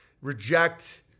reject